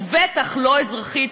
ובטח לא אזרחית,